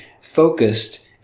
focused